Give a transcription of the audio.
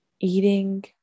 eating